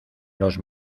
los